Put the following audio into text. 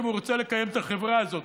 אם הוא רוצה לקיים את החברה הזאת,